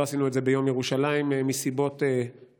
לא עשינו את זה ביום ירושלים מסיבות מעציבות,